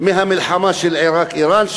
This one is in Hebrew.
ממלחמת עיראק-איראן,